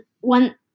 one